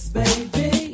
baby